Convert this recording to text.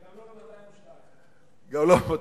וגם לא 202. גם לא ב-202.